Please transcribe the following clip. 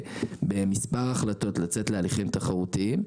במספר החלטות לצאת להליכים תחרותיים,